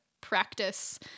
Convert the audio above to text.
practice